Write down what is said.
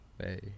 hey